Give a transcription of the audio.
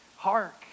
Hark